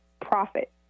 profit